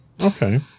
Okay